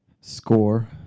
Score